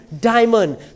diamond